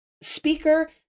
speaker